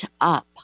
up